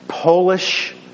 Polish